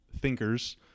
thinkers